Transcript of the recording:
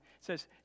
says